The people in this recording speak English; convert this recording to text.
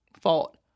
fault